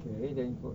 okay then ikut lah